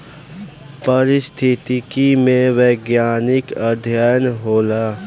पारिस्थितिकी में वैज्ञानिक अध्ययन होला